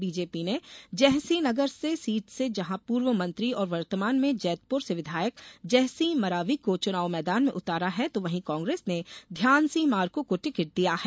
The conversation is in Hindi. बीजेपी ने जयसिंहनगर सीट से जहां पूर्व मंत्री और वर्तमान में जैतपुर से विघायक जयसिंह मरावी को चुनाव मैदान में उतारा है तो वहीं कांग्रेस ने ध्यान सिंह मार्को को टिकट दिया है